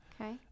okay